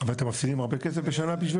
אבל אתם מפסידים הרבה כסף בשנה בגלל הדבר הזה?